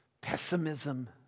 pessimism